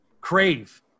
Crave